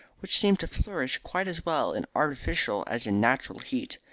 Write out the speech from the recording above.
which seem to flourish quite as well in artificial as in natural heat.